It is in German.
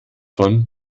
von